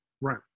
Right